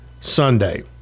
Sunday